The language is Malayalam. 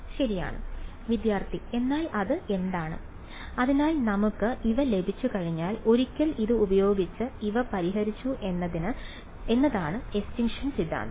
ശരിയാണ് വിദ്യാർത്ഥി എന്നാൽ അത് എന്താണ് അതിനാൽ നമുക്ക് ഇവ ലഭിച്ചുകഴിഞ്ഞാൽ ഒരിക്കൽ ഇത് ഉപയോഗിച്ച് ഇവ പരിഹരിക്കുന്നു എന്നതാണ് എസ്റ്റിൻഷൻ സിദ്ധാന്തം